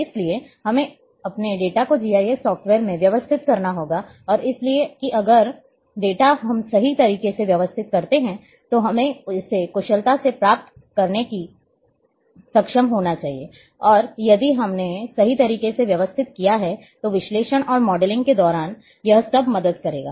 इसलिए हमें अपने डेटा को जीआईएस सॉफ्टवेयर में व्यवस्थित करना होगा और इसलिए कि अगर डेटा हम सही तरीके से व्यवस्थित करते हैं तो हमें इसे कुशलता से प्राप्त करने में सक्षम होना चाहिए और यदि हमने सही तरीके से व्यवस्थित किया है तो विश्लेषण और मॉडलिंग के दौरान यह सब मदद करेगा